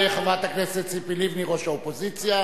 תודה רבה לחברת הכנסת ציפי לבני, ראש האופוזיציה.